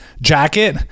jacket